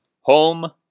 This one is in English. home